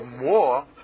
More